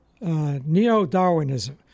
neo-Darwinism